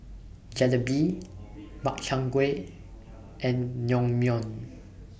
Jalebi Makchang Gui and Naengmyeon